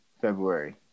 February